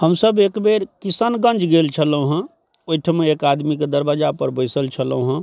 हमसब एकबेर किशनगंज गेल छलौ हँ ओइठम एक आदमीके दरबजापर बैसल छलौ हँ